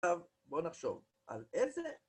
עכשיו בואו נחשוב, על איזה...